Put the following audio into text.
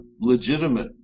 legitimate